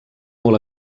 molt